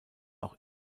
auch